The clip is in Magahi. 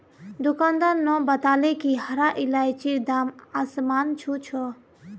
दुकानदार न बताले कि हरा इलायचीर दाम आसमान छू छ